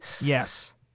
Yes